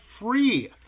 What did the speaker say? free